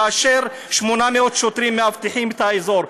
כאשר 800 שוטרים מאבטחים את האזור.